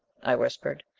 i whispered.